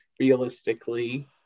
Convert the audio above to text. Realistically